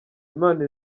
imana